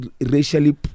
racially